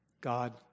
God